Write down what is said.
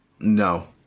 No